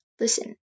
listen